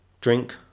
drink